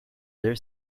their